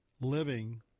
living